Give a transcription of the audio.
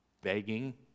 begging